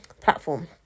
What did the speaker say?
platform